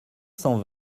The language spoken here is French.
cent